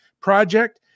Project